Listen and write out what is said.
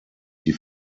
die